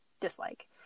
dislike